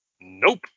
Nope